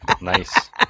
Nice